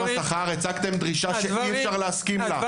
השכר הצגתם דרישה שאי אפשר להסכים לה.